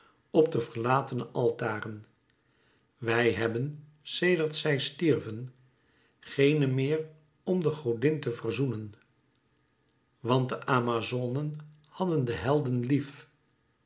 op de verlatene altaren wij hebben sedert zij stierven geene meer om de godin te verzoenen want de amazonen hadden de helden lief